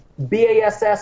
BASS